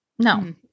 No